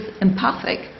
empathic